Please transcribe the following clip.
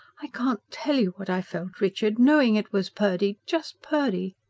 i can't tell you what i felt, richard. knowing it was purdy just purdy.